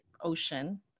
ocean